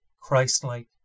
Christ-like